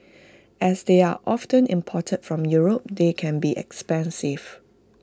as they are often imported from Europe they can be expensive